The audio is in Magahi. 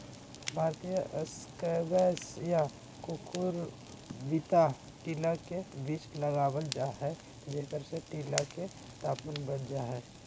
भारतीय स्क्वैश या कुकुरविता टीला के बीच लगावल जा हई, जेकरा से टीला के तापमान बढ़ जा हई